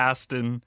Aston